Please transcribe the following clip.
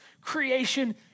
creation